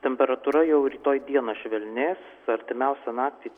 temperatūra jau rytoj dieną švelnės artimiausią naktį